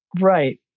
right